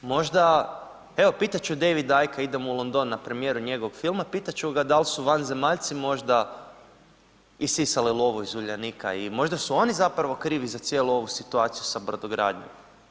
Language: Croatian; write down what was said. Možda evo, pitat ću Davida Icke idem u London na premijeru njegovog filma, pitat ću ga dal su vanzemaljci možda isisali lovu iz Uljanika i možda su on zapravo krivi za cijelu ovu situaciju sa brodogradnjom.